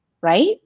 right